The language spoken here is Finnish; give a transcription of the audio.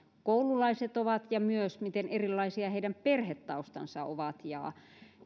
koululaiset ovat ja myös miten erilaisia heidän perhetaustansa ovat ja